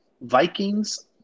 Vikings